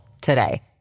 today